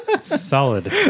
Solid